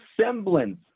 semblance